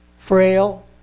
Frail